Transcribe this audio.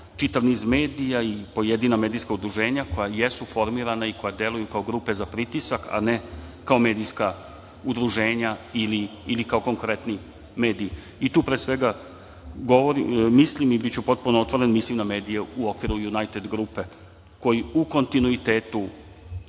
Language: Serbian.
čitav niz medija i pojedina medijska udruženja koja jesu formirana i koja deluju kao grupe za pritisak, a ne kao medijska udruženja ili kao konkretni mediji. Tu pre svega mislim, i biću potpuno otvoren, na medije u okviru "Junajted grupe", koji u kontinuitetu